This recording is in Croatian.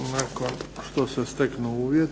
nakon što se steknu uvjeti.